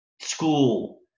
school